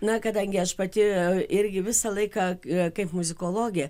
na kadangi aš pati irgi visą laiką kaip muzikologė